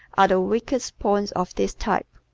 are the weakest points of this type.